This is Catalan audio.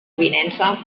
avinença